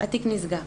התיק נסגר.